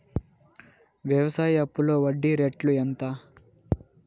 వ్యవసాయ అప్పులో వడ్డీ రేట్లు ఎంత?